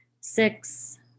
six